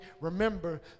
remember